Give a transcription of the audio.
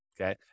okay